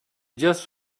just